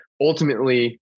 Ultimately